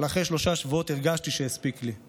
אבל אחרי שלוש שבועות הרגשתי שהספיק לי,